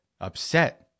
upset